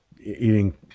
eating